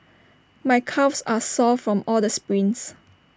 my calves are sore from all the sprints